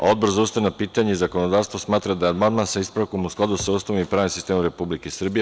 Odbor za ustavna pitanja i zakonodavstvo smatra da je amandman sa ispravkom u skladu sa Ustavom i pravnim sistemom Republike Srbije.